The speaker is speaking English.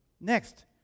next